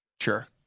Sure